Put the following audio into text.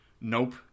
Nope